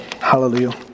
Hallelujah